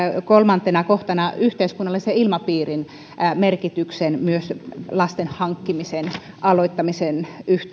kolmantena kohtana yhteiskunnallisen ilmapiirin merkityksen myös lasten hankkimisen aloittamisessa